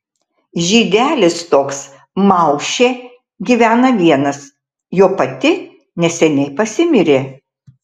žydelis toks maušė gyvena vienas jo pati neseniai pasimirė